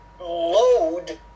load